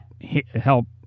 help